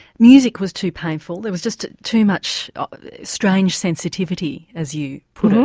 music was too painful there was just too much strange sensitivity, as you put it,